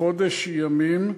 כחודש ימים,